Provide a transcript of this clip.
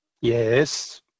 Yes